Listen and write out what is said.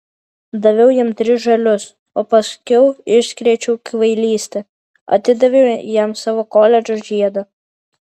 daviau jam tris žalius o paskiau iškrėčiau kvailystę atidaviau jam savo koledžo žiedą